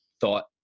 thought